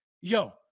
Yo